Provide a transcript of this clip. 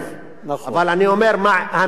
אבל אני אומר, מה המדיניות של המשטרה.